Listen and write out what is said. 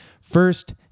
First